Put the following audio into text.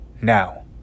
now